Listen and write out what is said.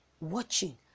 watching